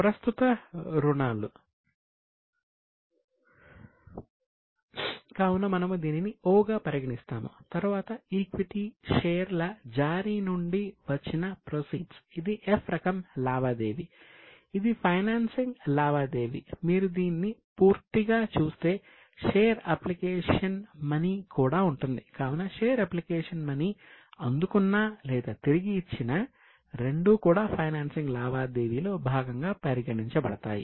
ప్రస్తుత రుణాలు లావాదేవీలో భాగంగా పరిగణించబడతాయి